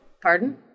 pardon